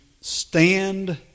stand